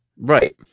right